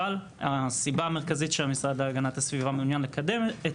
אבל הסיבה המרכזית שהמשרד להגנת הסביבה מעוניין לקדם את